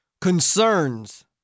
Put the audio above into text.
Concerns